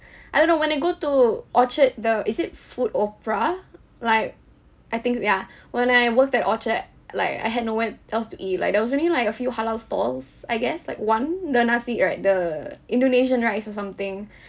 I don't know when I go to orchard the is it food opera like I think ya when I worked at orchard like I had nowhere else to eat like there was only like a few halal stalls I guess like one the nasi right the indonesian rice or something